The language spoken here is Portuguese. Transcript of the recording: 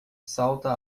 salta